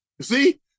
See